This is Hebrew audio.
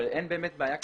אבל אין באמת בעיה כזו.